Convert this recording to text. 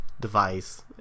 device